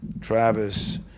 Travis